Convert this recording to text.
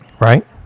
right